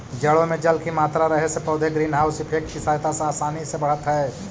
जड़ों में जल की मात्रा रहे से पौधे ग्रीन हाउस इफेक्ट की सहायता से आसानी से बढ़त हइ